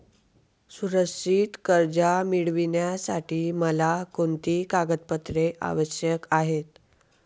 सुरक्षित कर्ज मिळविण्यासाठी मला कोणती कागदपत्रे आवश्यक आहेत